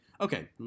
okay